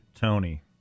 Tony